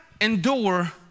endure